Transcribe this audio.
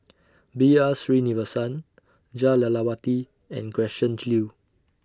B R Sreenivasan Jah Lelawati and Gretchen Liu